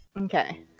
Okay